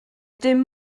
dim